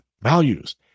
values